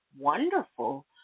wonderful